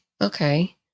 okay